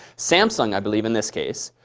samsung, i believe, in this case,